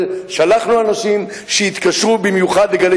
ושלחנו אנשים שהתקשרו במיוחד ל"גלי